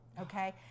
okay